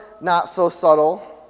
not-so-subtle